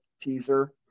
teaser